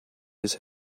his